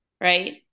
Right